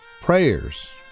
prayers